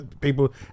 people